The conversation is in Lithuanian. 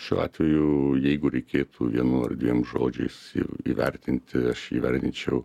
šiuo atveju jeigu reikėtų vienu ar dviem žodžiais ir įvertinti aš įvardinčiau